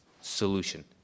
solution